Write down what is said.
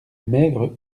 maigre